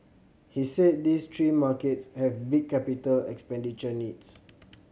he said these three markets have big capital expenditure needs